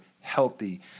healthy